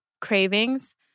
Cravings